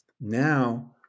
Now